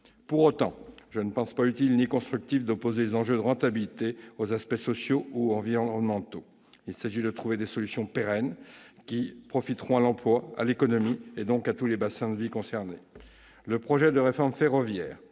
Pour autant, je ne pense pas utile ni constructif d'opposer les enjeux de rentabilité aux aspects sociaux ou environnementaux. Il s'agit de trouver des solutions pérennes qui profiteront à l'emploi, à l'économie, et donc à tous les bassins de vie concernés. La loi portant réforme ferroviaire